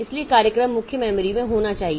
इसलिए कार्यक्रम मुख्य मेमोरी में होना चाहिए